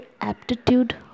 aptitude